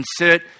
insert